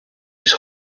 his